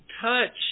touch